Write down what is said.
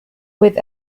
with